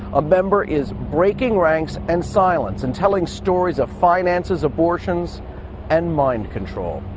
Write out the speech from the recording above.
a member is breaking ranks and silence, and telling stories of finances, abortions and mind control.